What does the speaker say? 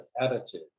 attitude